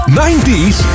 90s